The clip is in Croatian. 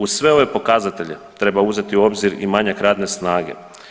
Uz sve ove pokazatelje treba uzeti u obzir i manjak radne snage.